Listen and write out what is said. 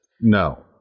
No